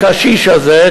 הקשיש הזה,